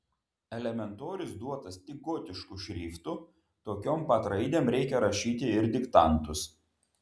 elementorius duotas tik gotišku šriftu tokiom pat raidėm reikia rašyti ir diktantus